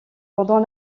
pendant